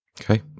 Okay